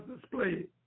displayed